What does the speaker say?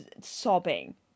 sobbing